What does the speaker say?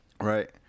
Right